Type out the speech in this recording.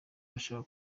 bashaka